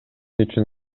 үчүн